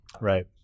Right